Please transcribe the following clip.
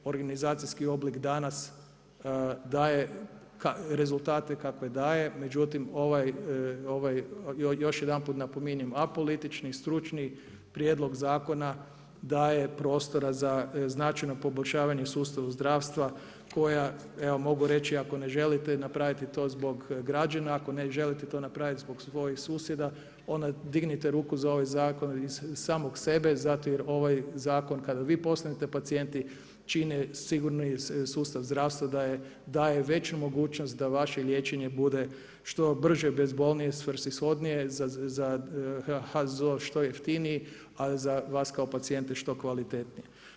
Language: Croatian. Organizacijski oblik danas daje rezultate kakve daje, međutim još jedanput napominjem apolitični, stručni prijedlog zakona daje prostora za značajno poboljšavanje sustava zdravstva koja evo mogu reći ako ne želite napraviti to zbog građana, ako ne želite to napraviti zbog svojih susjeda, onda dignite ruku za ovaj zakon i samog sebe zato jer ovaj zakon kada vi postanete pacijenti čine sigurni sustav zdravstva, daje veću mogućnost da vaše liječenje bude što brže, bezbolnije, svrsishodnije, za HZZO što jeftiniji a za vas kao pacijente što kvalitetnije.